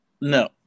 No